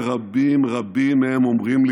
ורבים רבים מהם אומרים לי,